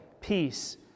peace